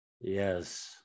Yes